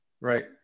right